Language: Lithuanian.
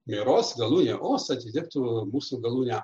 miros galūnė os atitiktų mūsų galūnę